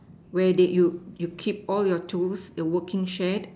where they you you keep all your tools a working shed